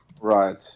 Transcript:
right